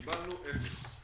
קיבלנו אפס.